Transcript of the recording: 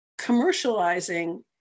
commercializing